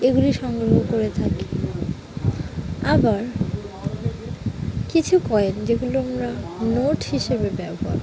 এগুলি সংগ্রহ করে থাকি আবার কিছু কয়েন যেগুলো আমরা নোট হিসেবে ব্যবহার করি